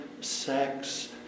sex